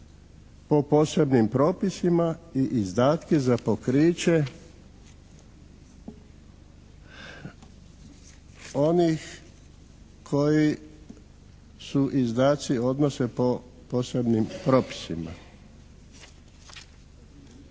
po posebnim propisima i izdatke za pokriće onih koji su izdaci odnose po posebnim propisima.